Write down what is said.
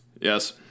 Yes